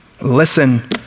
listen